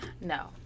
no